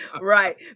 right